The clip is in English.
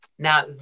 Now